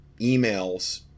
emails